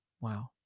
wow